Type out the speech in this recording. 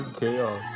chaos